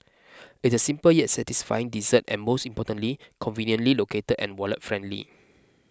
it's a simple yet satisfying dessert and most importantly conveniently located and wallet friendly